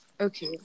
Okay